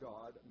God